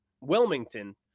Wilmington